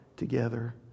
together